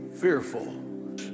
fearful